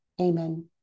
Amen